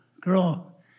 girl